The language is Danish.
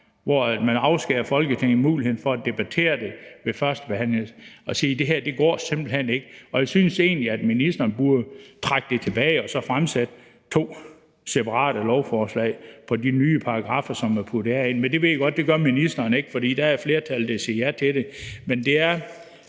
hvor man afskærer Folketinget muligheden for at debattere det ved førstebehandlingen, og sige: Det her går simpelt hen ikke. Og jeg synes egentlig, at ministeren burde trække det tilbage og så fremsætte to separate lovforslag med de nye paragraffer, som er puttet herind. Men det ved jeg godt at ministeren ikke gør, for der er et flertal, der siger ja til det.